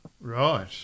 Right